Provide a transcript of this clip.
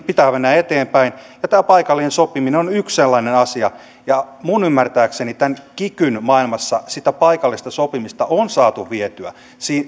pitää mennä eteenpäin tämä paikallinen sopiminen on yksi sellainen asia minun ymmärtääkseni tämän kikyn maailmassa sitä paikallista sopimista on saatu vietyä